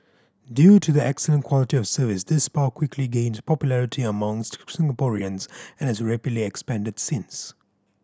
due to the excellent quality of service this spa quickly gained popularity amongst Singaporeans and has rapidly expanded since